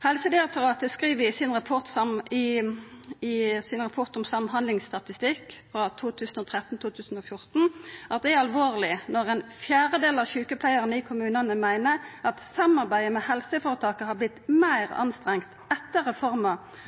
Helsedirektoratet skriv i sin rapport om samhandlingsstatistikk frå 2013–2014 at det er alvorleg når ein fjerdedel av sjukepleiarane i kommunane meiner at samarbeidet med helseføretaka har vorte meir